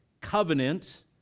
covenant